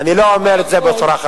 אני לא אומר את זה בצורה חד-צדדית.